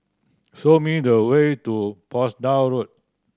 show me the way to Portsdown Road